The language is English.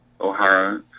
O'Hara